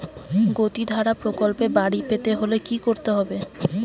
গতিধারা প্রকল্পে গাড়ি পেতে হলে কি করতে হবে?